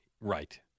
right